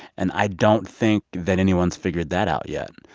and i don't think that anyone's figured that out yet. and